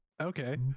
Okay